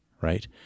right